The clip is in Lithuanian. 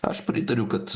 aš pritariu kad